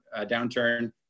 downturn